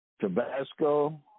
Tabasco